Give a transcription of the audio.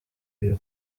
iyi